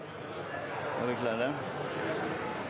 Da er vi